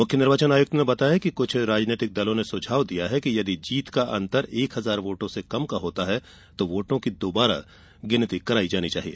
मुख्य निर्वाचन आयुक्त ने बताया कि क्छ राजनीतिक दलों ने सुझाव दिया है कि यदि जीत का अंतर एक हजार योटों से कम होता है तो वोटों की दोबारा गिनती कराई जानी चाहिए